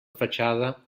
fatxada